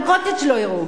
גם "קוטג'" לא יראו.